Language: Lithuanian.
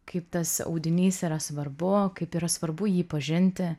kaip tas audinys yra svarbu kaip yra svarbu jį pažinti